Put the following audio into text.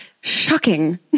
Shocking